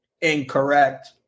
incorrect